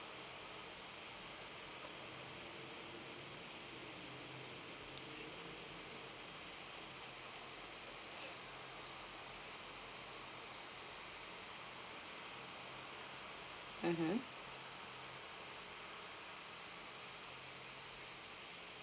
mmhmm